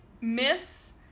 miss